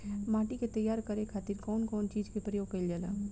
माटी के तैयार करे खातिर कउन कउन चीज के प्रयोग कइल जाला?